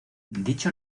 dicho